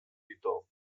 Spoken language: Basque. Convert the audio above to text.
ditu